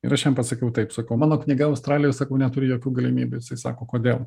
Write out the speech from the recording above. ir aš jam pasakiau taip sakau mano knyga australijoj sakau neturi jokių galimybių jisai sako kodėl